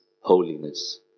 holiness